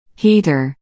heater